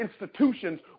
institutions